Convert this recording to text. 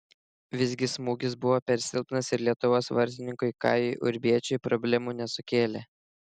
visgi smūgis buvo per silpnas ir lietuvos vartininkui kajui urbiečiui problemų nesukėlė